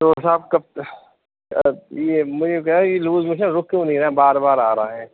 تو صاحب کب یہ مجھے کہہ رہا ہوں یہ لوز موشن رک کے نہیں رہا ہے بار بار آ رہا ہے